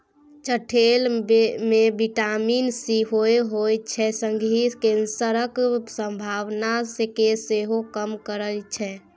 चठेल मे vitamin C होइ छै संगहि कैंसरक संभावना केँ सेहो कम करय छै